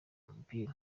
umupira